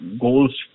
goals